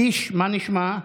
קיש, מה נשמע?